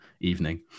evening